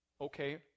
okay